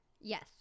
yes